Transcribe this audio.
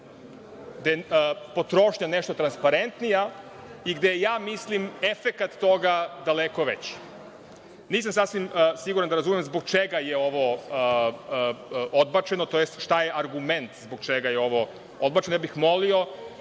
gde je potrošnja nešto transparentnija i gde je, ja mislim, efekat toga daleko veći. Nisam sasvim siguran da razumem zbog čega je ovo odbačeno, tj. šta je argument zbog čega je ovo odbačeno? Molio